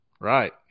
Right